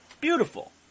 Beautiful